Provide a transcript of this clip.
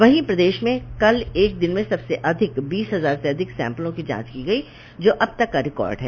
वहीं प्रदेश में कल एक दिन में सबसे अधिक बीस हजार से अधिक सैम्पलों की जांच की गई जो अब तक का रिकार्ड है